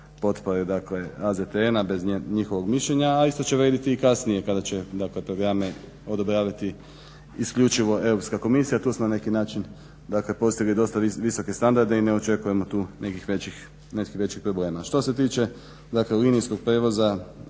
potpore AZTN-a, bez njihovog mišljenja, a isto će vrijediti i kasnije kada će dakle programe odobravati isključivo Europska komisija. Tu smo na neki način dakle postigli dosta visoke standarde i ne očekujemo tu nekih većih problema. Što se tiče dakle linijskog prijevoza,